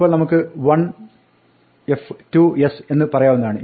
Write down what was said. ഇപ്പോൾ നമുക്ക് "One f two s" എന്ന് പറയാവുന്നതാണ്